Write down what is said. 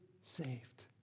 saved